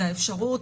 זה האפשרות,